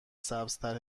سبزتر